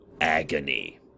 agony